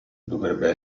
dovrebbe